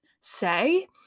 say